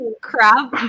crap